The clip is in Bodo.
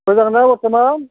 मोजांना बर्थमान